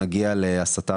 נכון.